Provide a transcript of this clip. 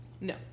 No